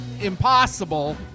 impossible